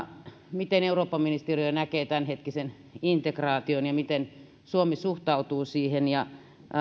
miten eurooppaministeri näkee tämänhetkisen integraation ja miten suomi suhtautuu siihen